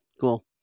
cool